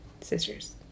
sisters